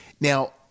Now